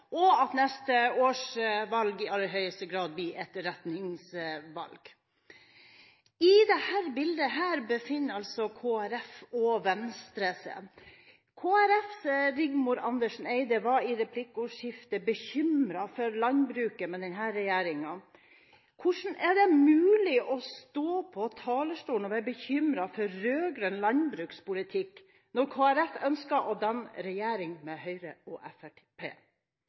og at neste års valg i aller høyeste grad blir et retningsvalg. I dette bildet befinner Kristelig Folkeparti og Venstre seg. Kristelig Folkepartis Rigmor Andersen Eide var i replikkordskiftet bekymret for landbruket med denne regjeringen. Hvordan er det mulig å stå på talerstolen og være bekymret for rød-grønn landbrukspolitikk når Kristelig Folkeparti ønsker å danne regjering med Høyre og